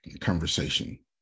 conversation